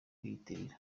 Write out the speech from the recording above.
kwiyitirira